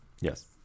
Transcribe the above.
Yes